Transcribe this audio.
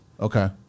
okay